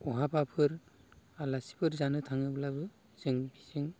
बहाबाफोर आलासिफोर जानो थाङोब्लाबो जों बेजों